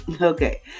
Okay